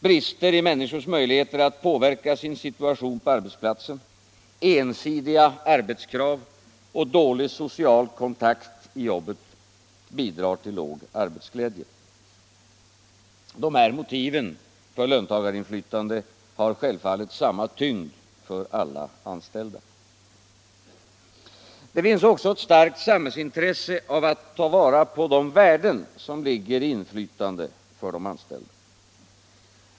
Brister i människors möjligheter att påverka sin situation på arbetsplatsen, ensidiga arbetskrav och dålig social kontakt i jobbet bidrar till låg arbetsglädje. Detta motiv för löntagarinflytande har självfallet samma tyngd för alla anställda. Det finns också ett starkt samhällsintresse av att tillvarata de värden som ligger i inflytande för de anställda.